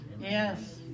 Yes